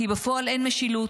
כי בפועל אין משילות,